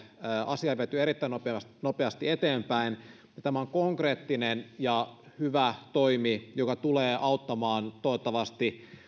asiaa on viety erittäin nopeasti nopeasti eteenpäin ja tämä on konkreettinen ja hyvä toimi joka tulee auttamaan toivottavasti